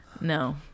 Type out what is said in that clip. No